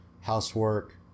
housework